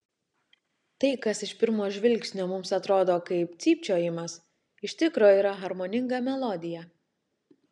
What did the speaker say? tai kas iš pirmo žvilgsnio mums atrodo kaip cypčiojimas iš tikro yra harmoninga melodija